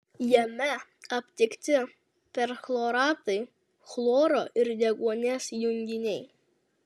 jame aptikti perchloratai chloro ir deguonies junginiai